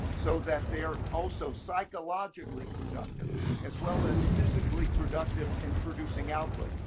so that they're also psychologically productive as well as physically productive and producing output.